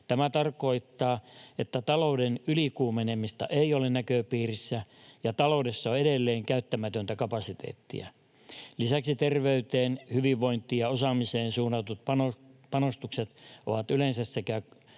Tämä tarkoittaa, että talouden ylikuumenemista ei ole näköpiirissä ja taloudessa on edelleen käyttämätöntä kapasiteettia. Lisäksi terveyteen, hyvinvointiin ja osaamiseen suunnatut panostukset ovat yleensä sekä